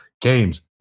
games